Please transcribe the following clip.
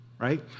right